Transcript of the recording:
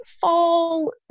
fall